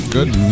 Good